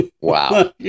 Wow